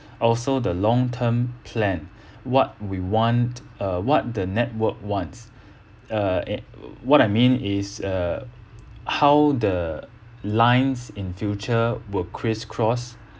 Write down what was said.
also the long term plan what we want uh what the network wants uh what I mean is uh how the lines in future will criss-cross